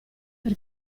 per